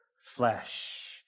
flesh